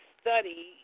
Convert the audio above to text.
study